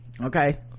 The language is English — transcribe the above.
okay